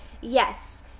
yes